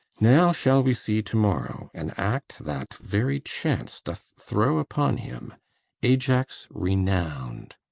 now shall we see to-morrow an act that very chance doth throw upon him ajax renown'd.